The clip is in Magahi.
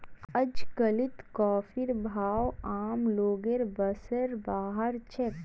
अजकालित कॉफीर भाव आम लोगेर बस स बाहर छेक